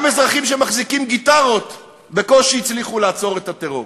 גם אזרחים שמחזיקים גיטרות בקושי הצליחו לעצור את הטרור.